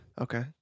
Okay